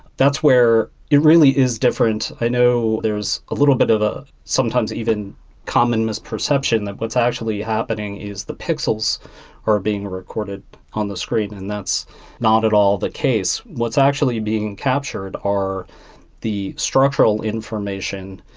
that's where it really is different. i know there's a little bit of ah sometimes even common misperception that what's actually happening is the pixels are being recorded on the screen, and that's not at all the case. what's actually being captured are the structural information,